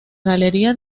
galería